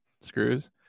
screws